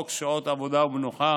חוק שעות עבודה ומנוחה,